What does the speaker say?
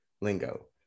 lingo